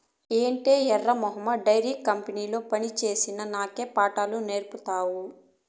ఏటే ఎర్రి మొహమా డైరీ కంపెనీల పనిచేసిన నాకే పాఠాలు నేర్పతాండావ్